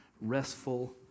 restful